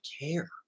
care